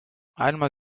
einmal